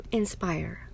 inspire